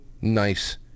nice